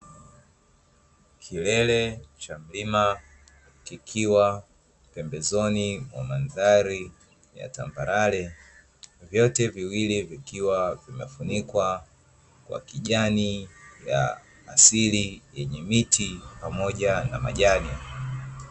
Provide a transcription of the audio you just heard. Kilele cha mlima kikiwa pembezoni mwa mandhari ya tambarare, vyote viwili vikiwa vimefunikwa kwa kijani ya asili yenye miti pamoja na majani.